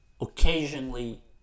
occasionally